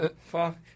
fuck